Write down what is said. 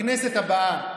בכנסת הבאה,